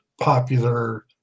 popular